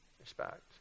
Respect